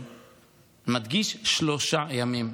אני מדגיש: שלושה ימים.